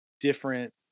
different